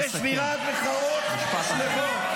-- לשבירת מחאות שלוות,